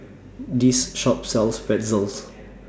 This Shop sells Pretzels